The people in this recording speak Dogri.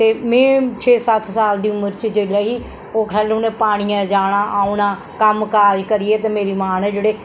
ते में छे सत्त साल दी उम्र च जेल्लै ही ओह् खल्ल उन्नै पानियै जाना आऊं ना कम्मकाज करियै ते मेरी मां ने जेहड़े टल्ले